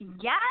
Yes